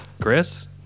Chris